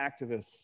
activists